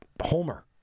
Homer